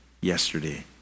yesterday